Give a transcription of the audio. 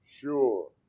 sure